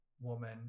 woman